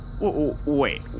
Wait